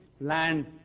land